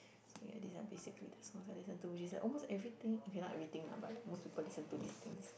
so yeah these are basically the songs I listen to which is like almost everything okay not everything lah but like most people listen these things